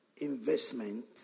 investment